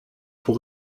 pour